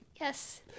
Yes